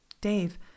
Dave